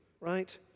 Right